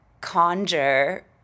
conjure